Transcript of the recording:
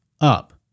up